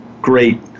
great